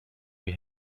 and